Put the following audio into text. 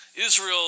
Israel